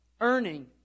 earning